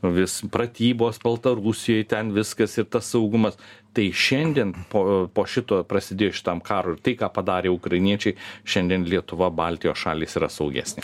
vis pratybos baltarusijoj ten viskas ir tas saugumas tai šiandien po po šito prasidėjus šitam karui ir tai ką padarė ukrainiečiai šiandien lietuva baltijos šalys yra saugesnė